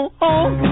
home